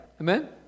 Amen